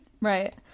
right